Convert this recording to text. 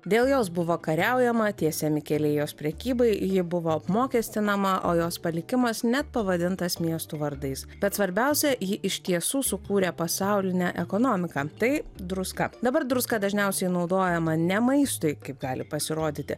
dėl jos buvo kariaujama tiesiami keliai jos prekybai ji buvo apmokestinama o jos palikimas net pavadintas miestų vardais bet svarbiausia ji iš tiesų sukūrė pasaulinę ekonomiką tai druska dabar druska dažniausiai naudojama ne maistui kaip gali pasirodyti